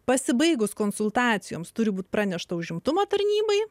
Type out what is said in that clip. pasibaigus konsultacijoms turi būti pranešta užimtumo tarnybai